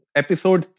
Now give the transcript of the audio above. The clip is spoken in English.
episode